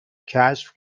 کشف